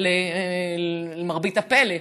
למרבה הפלא,